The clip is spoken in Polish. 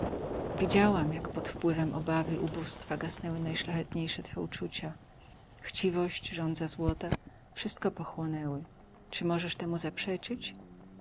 widziałam jak pod wpływem obawy ubóstwa gasnęły najszlachetniejsze twe uczucia chciwość żądza złota wszystko pochłonęły czy możesz temu